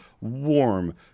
warm